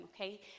okay